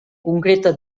concreta